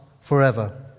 forever